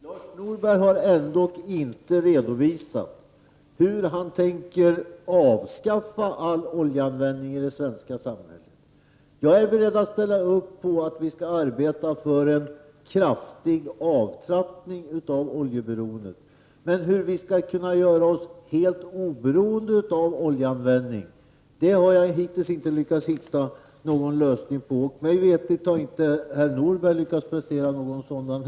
Herr talman! Lars Norberg har ändock inte redovisat hur han tänker avskaffa all oljeanvändning i det svenska samhället. Jag är beredd att ställa upp på att vi skall arbeta för en kraftig avtrappning av oljeberoendet. Men hur vi skall kunna bli helt oberoende av oljeanvändningen har jag hittills inte lyckats hitta någon lösning på. Mig veterligen har inte heller herr Norberg lyckats prestera någon sådan lösning.